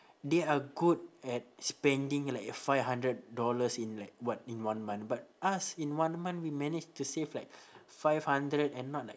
they are good at spending like five hundred dollars in like what in one month but us in one month we manage to save like five hundred and not like